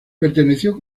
perteneció